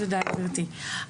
תודה גברתי,